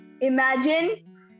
Imagine